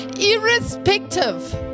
irrespective